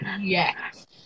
yes